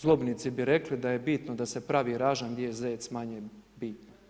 Zlobnici bi rekli, da je bitno da se pravi ražanj di je zec manje bitno.